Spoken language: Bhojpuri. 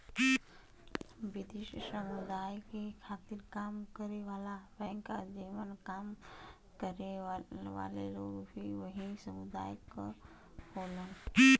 विशेष समुदाय के खातिर काम करे वाला बैंक जेमन काम करे वाले लोग भी वही समुदाय क होलन